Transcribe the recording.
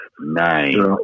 Nine